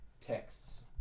texts